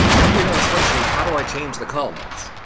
halfway down a spreadsheet, how do i change the column?